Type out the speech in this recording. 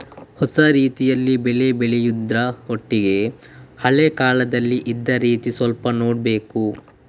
ಹೊಸ ರೀತಿಯಲ್ಲಿ ಬೆಳೆ ಬೆಳೆಯುದ್ರ ಒಟ್ಟಿಗೆ ಹಳೆ ಕಾಲದಲ್ಲಿ ಇದ್ದ ರೀತಿ ಸ್ವಲ್ಪ ನೋಡ್ಬೇಕು